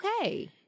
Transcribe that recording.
okay